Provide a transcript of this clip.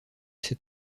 ses